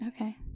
Okay